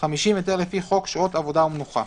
התשי"ד 1954, (50)היתר לפי חוק שעות עבודה ומנוחה,